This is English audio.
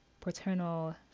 paternal